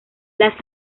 las